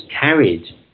carried